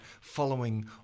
following